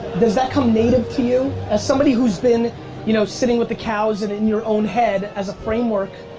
does that come native to you? as somebody who's been you know sitting with the cows and in your own head as a framework,